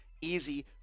easy